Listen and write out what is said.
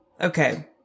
okay